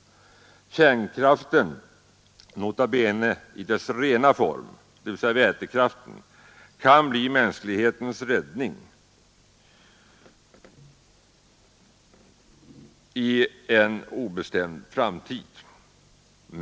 Kärnkraften — nota bene i sin rena form, dvs. vätekraften — kan bli mänsklighetens räddning i en obestämd framtid.